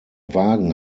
wagen